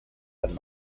and